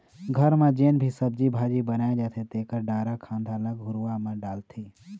घर म जेन भी सब्जी भाजी बनाए जाथे तेखर डारा खांधा ल घुरूवा म डालथे